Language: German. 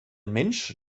mensch